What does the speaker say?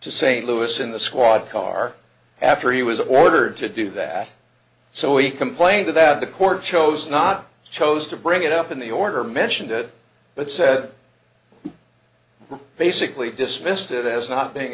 to st louis in the squad car after he was ordered to do that so he complained that the court chose not to chose to bring it up in the order mentioned it but said basically dismissed it as not being